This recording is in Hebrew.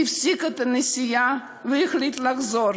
הפסיק את הנסיעה והחליט לחזור.